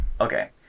Okay